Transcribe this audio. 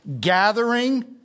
gathering